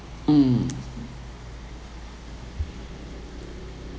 mm